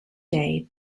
day